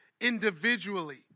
individually